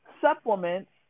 supplements